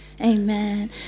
amen